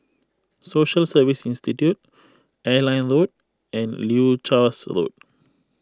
Social Service Institute Airline Road and Leuchars Road